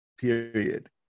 period